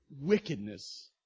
wickedness